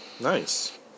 Nice